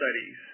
studies